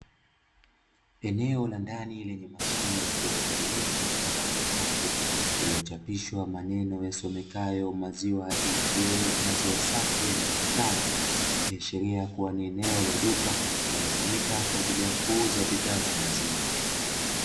Eneo la ndani lenye mashine ya kietroniki mfano wa jokofu, lililochapishwa maneno yasomekayo maziwa "ATM" maziwa safi yanapatikana, ikiashiria kuwa ni eneo la duka linalotumika kwaajili ya kuuza bidha za maziwa.